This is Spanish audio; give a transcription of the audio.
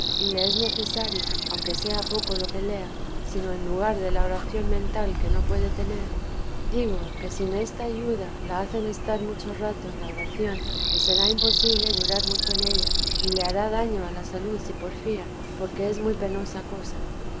es necesario aunque sea poco lo que lea sino en lugar de la oración mental que no puede tener digo que sin esta ayuda le hacen estar mucho rato en la oración que será imposible durar mucho en ella y ie hará daño a la salud si porfía porque es muy penosa cosa